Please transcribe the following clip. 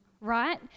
right